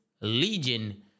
Legion